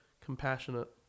compassionate